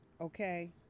okay